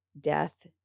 death